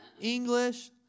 English